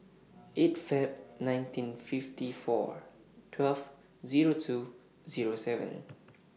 eight Feb nineteen fifty four twelve Zero two Zero seven